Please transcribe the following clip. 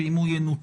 שאם הוא ינותק